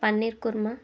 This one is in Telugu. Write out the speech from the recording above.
పన్నీర్ కుర్మ